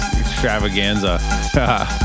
extravaganza